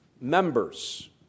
members